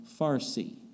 Farsi